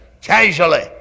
casually